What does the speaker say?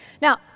now